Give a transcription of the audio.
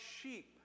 sheep